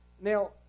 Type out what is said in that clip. Now